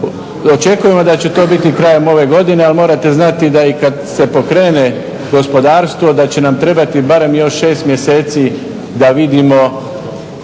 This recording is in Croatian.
Očekujemo da će to biti krajem ove godine ali morate znati da i kada se pokrene gospodarstvo da će nam trebati barem još 6 mjeseci da vidimo